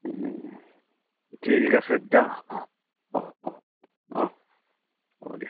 ঠিক আছে দিয়া অঁ অঁ অঁ হ'ব দিয়া